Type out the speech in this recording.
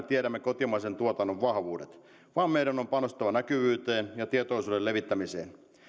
tiedämme kotimaisen tuotannon vahvuudet vaan meidän on panostettava näkyvyyteen ja tietoisuuden levittämiseen